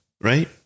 Right